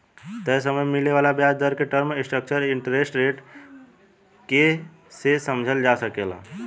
तय समय में मिले वाला ब्याज दर के टर्म स्ट्रक्चर इंटरेस्ट रेट के से समझल जा सकेला